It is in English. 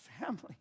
family